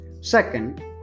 Second